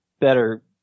Better